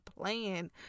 plan